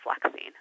flexing